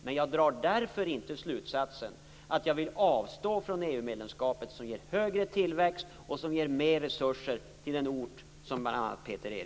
Men jag drar därför inte slutsatsen att jag vill avstå från EU-medlemskapet som ger högre tillväxt och mer resurser till den ort som bl.a. Peter